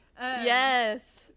yes